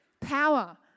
power